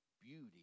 beauty